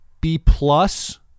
B-plus